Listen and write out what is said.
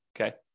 Okay